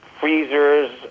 freezers